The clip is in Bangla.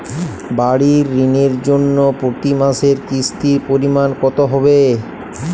বাড়ীর ঋণের জন্য প্রতি মাসের কিস্তির পরিমাণ কত হবে?